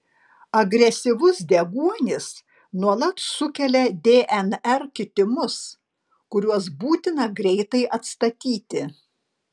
agresyvus deguonis nuolat sukelia dnr kitimus kuriuos būtina greitai atstatyti